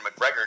McGregor